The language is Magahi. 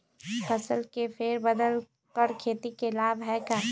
फसल के फेर बदल कर खेती के लाभ है का?